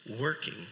working